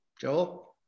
Joel